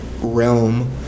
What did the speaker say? realm